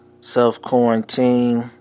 self-quarantine